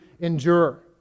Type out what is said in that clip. endure